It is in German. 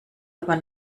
aber